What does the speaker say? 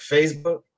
Facebook